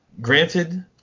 Granted